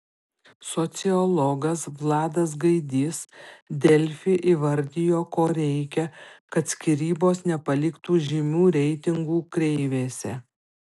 sociologas vladas gaidys delfi įvardijo ko reikia kad skyrybos nepaliktų žymių reitingų kreivėse